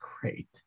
Great